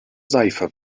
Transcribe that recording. seife